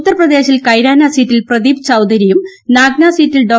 ഉത്തർപ്രദേശിൽ കൈരാനാ സീറ്റിൽ പ്രദീപ് ചൌധരിയും നാഗ്നാ സീറ്റിൽ ഡോ